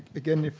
again,